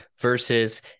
versus